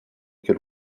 good